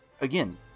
again